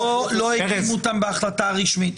לא בחרו אותם בהחלטה רשמית.